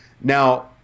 Now